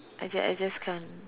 I just I just can't